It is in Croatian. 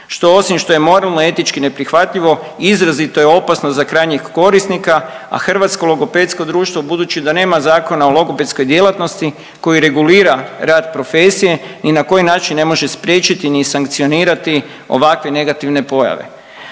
Što osim što je moralno etički neprihvatljivo izrazito je opasno za krajnjeg korisnika, a Hrvatsko logopedsko društvo budući da nema Zakona o logopedskoj djelatnosti koji regulira rad profesije ni na koji način ne ože priječiti ni sankcionirati ovakve negativne pojave.